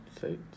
Say